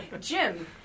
Jim